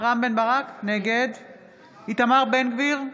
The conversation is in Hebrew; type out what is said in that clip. רם בן ברק, נגד איתמר בן גביר,